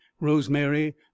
rosemary